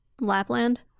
Lapland